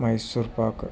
Mysore pak